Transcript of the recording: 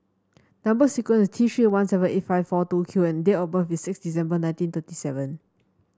number sequence is T Three one seven eight five four two Q and date of birth is six December nineteen thirty seven